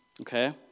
Okay